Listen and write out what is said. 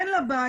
אין לה בית,